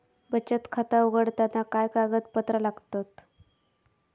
बचत खाता उघडताना काय कागदपत्रा लागतत?